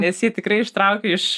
nes jie tikrai ištraukė iš